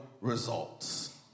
results